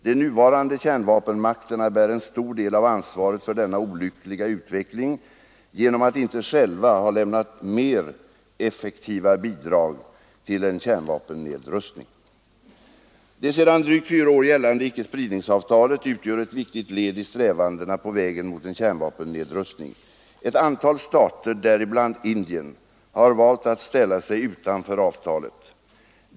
De nuvarande kärnvapenmakterna bär en stor del av ansvaret för denna olyckliga utveckling genom att inte själva ha lämnat mer effektiva bidrag till en kärnvapennedrustning. Det sedan drygt fyra år gällande icke-spridningsavtalet utgör ett viktigt led i strävandena på vägen mot en kärnvapennedrustning. Ett antal stater, däribland Indien, har valt att ställa sig utanför avtalet.